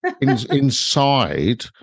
inside